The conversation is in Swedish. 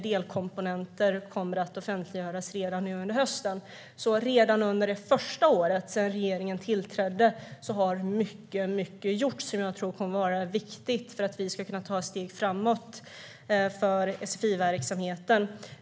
Delkomponenter kommer att offentliggöras redan nu under hösten. Redan under det första året sedan regeringen tillträdde har mycket gjorts som jag tror kommer att vara viktigt för att vi ska kunna ta ett steg framåt för sfi-verksamheten.